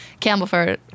Campbellford